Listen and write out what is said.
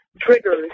triggers